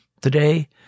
today